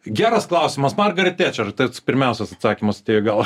geras klausimas margaret tečer ir tas pirmiausia atsakymas atėjo į galvą